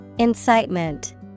Incitement